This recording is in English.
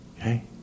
Okay